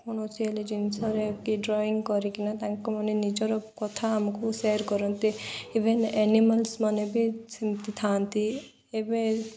କୌଣସି ହେଲେ ଜିନିଷରେ କି ଡ୍ରଇଂ କରିକିନା ତାଙ୍କମାନେ ନିଜର କଥା ଆମକୁ ସେୟାର୍ କରନ୍ତି ଇଭେନ୍ ଏନିମଲ୍ସମାନେ ବି ସେମିତି ଥାଆନ୍ତି ଏବେ